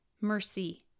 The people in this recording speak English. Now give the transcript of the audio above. mercy